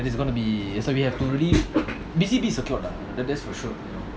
then it's gonna be so we have to leave B_C_P is secured lah that's for sure you know